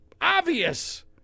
obvious